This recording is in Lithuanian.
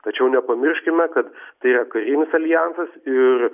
tačiau nepamirškime kad tai yra karinis aljansas ir